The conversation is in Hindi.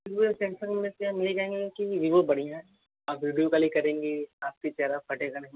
विवो और सैमसंग में हम यही कहेंगे कि विवो बढ़िया हैं आप वीडियो कॉलिंग करेंगे आपकी चेहरा फटेगा नहीं